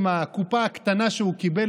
עם הקופה הקטנה שהוא קיבל,